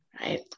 right